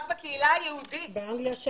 רק בקהילה היהודית.